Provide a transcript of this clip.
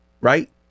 right